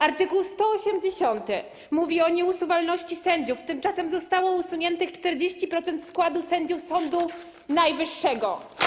Art. 180 mówi o nieusuwalności sędziów, tymczasem zostało usunięte 40% składu sędziów Sądu Najwyższego.